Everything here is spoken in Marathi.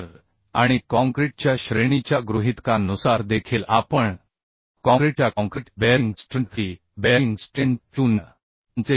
तर आणि कॉंक्रिटच्या श्रेणीच्या गृहितकांनुसार देखील आपण कॉंक्रिटच्या कॉंक्रिट बेअरिंग स्ट्रेंथची बेअरिंग स्ट्रेंथ 0